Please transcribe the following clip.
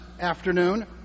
afternoon